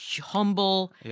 humble